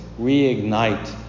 reignite